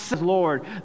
Lord